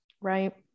right